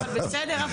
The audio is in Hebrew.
אבל בסדר.